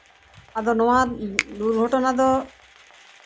ᱟᱫᱚ ᱱᱚᱶᱟ ᱫᱩᱨᱜᱷᱚᱴᱚᱱᱟ ᱫᱚ